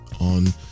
on